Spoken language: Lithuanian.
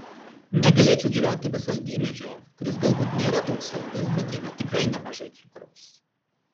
negalėčiau gyventi be saldymedžio kuris galbūt nėra toks saldus bet jame tikrai nemažai cukraus